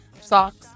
Socks